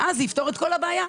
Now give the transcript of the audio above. ואז זה יפתור את כל הבעיה.